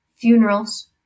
funerals